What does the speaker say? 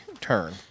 turn